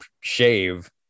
shave